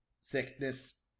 sickness